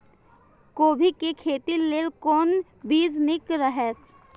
कोबी के खेती लेल कोन बीज निक रहैत?